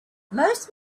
most